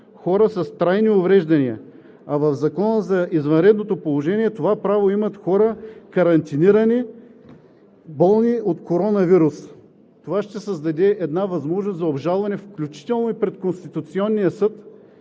хора с трайни увреждания, а в Закона за извънредното положение това право имат карантинирани хора, болни от коронавирус. Това ще създаде възможност за обжалване, включително и пред Конституционния съд,